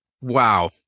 Wow